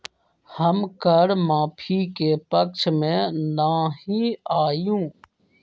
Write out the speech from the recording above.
हम कर माफी के पक्ष में ना ही याउ